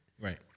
Right